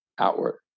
outward